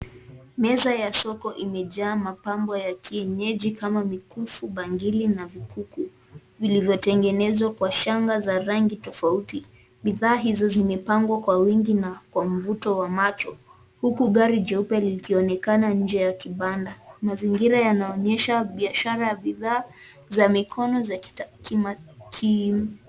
Meza ya soko imejaa mapambo ya kienyeji kama mkufu pangili na vikuku vilivyo tengenezwa kwa shanga za rangi tafauti, bidhaa hizo zimepangwa kwa wingi na kwa mfuto wa macho huku gari jeupe likionekana nje ya kipanda. Mazingira yanaonyesha biashara ya bidhaa za mikono.